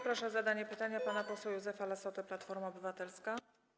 Proszę o zadanie pytania pana posła Józefa Lassotę, Platforma Obywatelska.